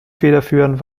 federführend